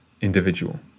individual